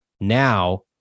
now